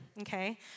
okay